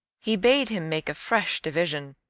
he bade him make a fresh division.